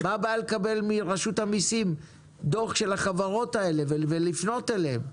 מה הבעיה לקבל מרשות המסים דוח של החברות האלה ולפנות אליהן?